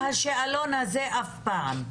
קלאסית --- מעניין למה לא נעשה השאלון הזה אף פעם.